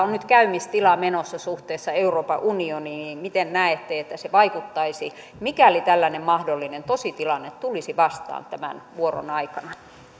on nyt käymistila menossa suhteessa euroopan unioniin niin miten näette että se vaikuttaisi mikäli tällainen mahdollinen tositilanne tulisi vastaan tämän vuoron aikana